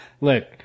look